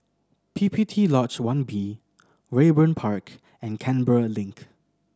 P P T Lodge One B Raeburn Park and Canberra Link